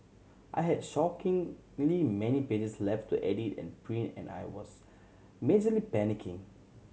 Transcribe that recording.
I had shockingly many pages left to edit and print and I was majorly panicking